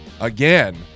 again